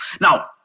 Now